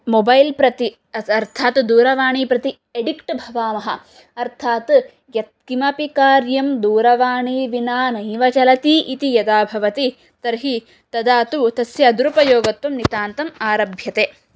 mobile प्रति अर्थात् दूरवाणी प्रति एडिक्ट् भवावः अर्थात् यत्किमपि कार्यं दूरवाणीं विना नैव चलति इति यदा भवति तर्हि तदा तु तस्य दुरुपयोगत्वं नितान्तम् आरभ्यते